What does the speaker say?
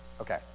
Okay